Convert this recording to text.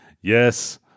Yes